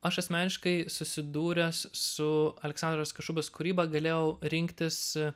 aš asmeniškai susidūręs su aleksandros kašubos kūryba galėjau rinktis